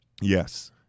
Yes